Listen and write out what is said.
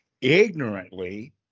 ignorantly